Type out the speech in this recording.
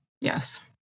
Yes